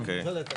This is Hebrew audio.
אוקיי, טוב.